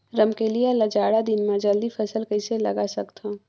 रमकलिया ल जाड़ा दिन म जल्दी फल कइसे लगा सकथव?